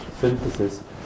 synthesis